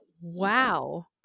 wow